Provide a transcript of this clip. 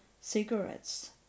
cigarettes